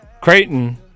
Creighton